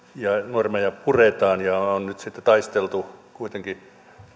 normeja puretaan nyt on sitten taisteltu kuitenkin